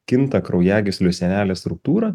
kinta kraujagyslių sienelės struktūra